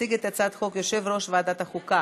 יציג את הצעת החוק יושב-ראש ועדת החוקה,